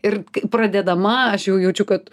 ir pradedama aš jau jaučiu kad